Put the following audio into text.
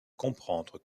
comprendre